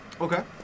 Okay